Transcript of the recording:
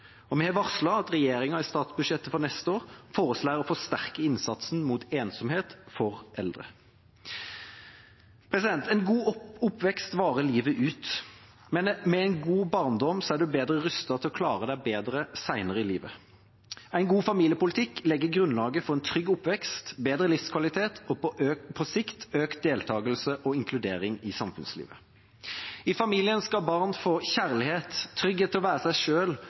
Vi har varslet at regjeringa i statsbudsjettet for neste år foreslår å forsterke innsatsen mot ensomhet for eldre. En god oppvekst varer livet ut, med en god barndom er man bedre rustet til å klare seg bedre senere i livet. En god familiepolitikk legger grunnlaget for en trygg oppvekst, bedre livskvalitet og på sikt økt deltagelse og inkludering i samfunnslivet. I familien skal barn få kjærlighet, trygghet til å være seg